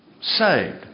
saved